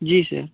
जी sir